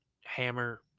hammer